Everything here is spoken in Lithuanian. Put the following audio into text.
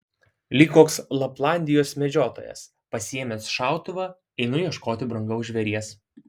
lyg koks laplandijos medžiotojas pasiėmęs šautuvą einu ieškoti brangaus žvėries